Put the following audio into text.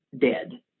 dead